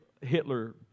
Hitler